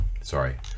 sorry